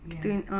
ya